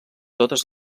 totes